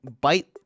bite